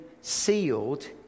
sealed